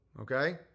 Okay